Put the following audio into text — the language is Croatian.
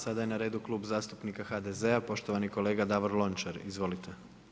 Sada je na redu Klub zastupnika HDZ-a, poštovani kolega Davor Lončar, izvolite.